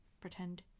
pretend